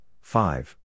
five